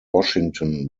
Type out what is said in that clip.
washington